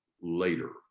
later